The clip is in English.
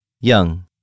Young